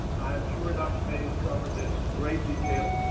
i'm sure dr. baines covered this in great detail.